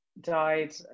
died